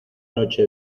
noche